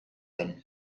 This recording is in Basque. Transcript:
den